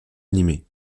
animé